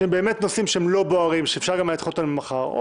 שהם נושאים לא בוערים שאפשר לדחות אותם למחר,